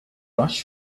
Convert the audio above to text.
rush